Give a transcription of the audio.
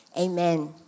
amen